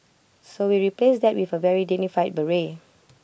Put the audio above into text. so we replaced that with A very dignified beret